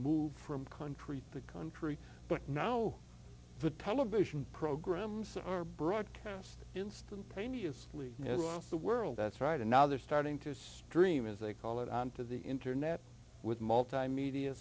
move from country to country but now the television programs are broadcast instant pena's really is the world that's right and now they're starting to stream as they call it on to the internet with multimedia